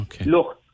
Look